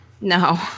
No